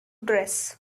dress